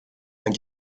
and